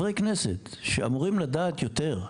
שאמורים לדעת יותר,